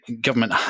government